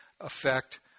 affect